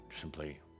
simply